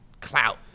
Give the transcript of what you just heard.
clout